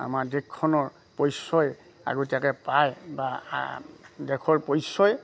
আমাৰ দেশখনৰ পৰিচয় আগতীয়াকে পায় বা দেশৰ পৰিচয়